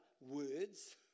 words